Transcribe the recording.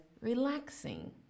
relaxing